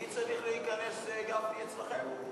מי צריך להיכנס, גפני, אצלכם?